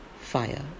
fire